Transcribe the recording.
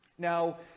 Now